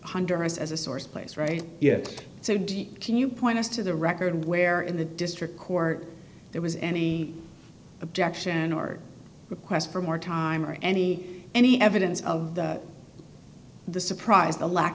honduras as a source place right yet so deep can you point us to the record where in the district court there was any objection or requests for more time or any any evidence of the surprise the lack